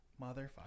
Motherfucker